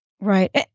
Right